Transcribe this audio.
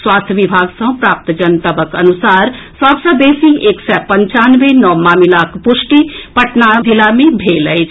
स्वास्थ्य विभाग सँ प्राप्त जनतबक अनुसार सभ सँ बेसी एक सय पंचानवे नव मामिलाक पुष्टि पटना जिला मे भेल अछि